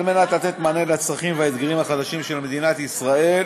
על מנת לתת מענה לצרכים ולאתגרים החדשים של מדינת ישראל